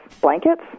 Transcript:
blankets